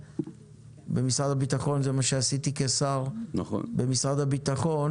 במשרד הביטחון זה מה שעשיתי כשר במשרד הביטחון